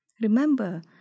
Remember